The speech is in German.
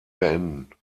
beenden